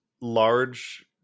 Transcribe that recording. large